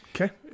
Okay